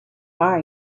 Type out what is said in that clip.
fire